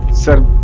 sir,